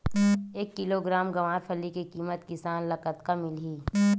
एक किलोग्राम गवारफली के किमत किसान ल कतका मिलही?